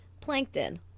Plankton